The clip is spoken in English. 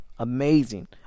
Amazing